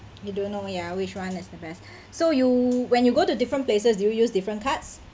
you don't know ya which one is the best so you when you go to different places you use different cards